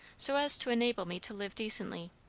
so as to enable me to live decently,